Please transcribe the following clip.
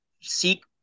seek